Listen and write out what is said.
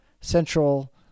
Central